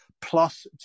plus